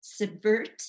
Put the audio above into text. subvert